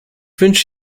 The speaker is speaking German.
wünsche